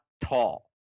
tall